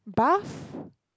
buff